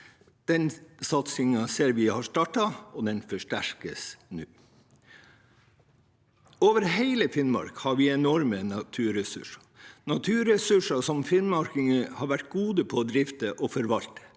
Den satsingen ser vi at har startet, og den forsterkes nå. Over hele Finnmark har vi enorme naturressurser – naturressurser som finnmarkingene har vært gode på å drifte og forvalte.